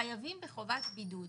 חייבים בחובת בידוד.